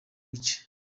bice